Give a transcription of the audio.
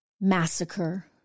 massacre